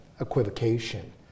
equivocation